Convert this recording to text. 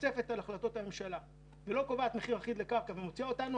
מצפצפת על החלטות הממשלה ולא קובעת מחיר אחיד לקרקע ובכך מוציאה אותנו,